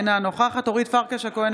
אינה נוכחת אורית פרקש הכהן,